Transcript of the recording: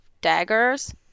Daggers